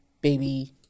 baby